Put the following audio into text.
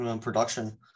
production